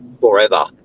forever